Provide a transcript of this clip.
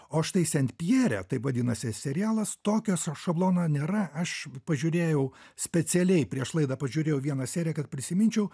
o štai sen pjere taip vadinasi serialas tokio šablono nėra aš pažiūrėjau specialiai prieš laidą pažiūrėjau vieną seriją kad prisiminčiau